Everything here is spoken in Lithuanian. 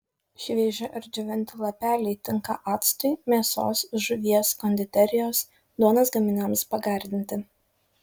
švieži ar džiovinti lapeliai tinka actui mėsos žuvies konditerijos duonos gaminiams pagardinti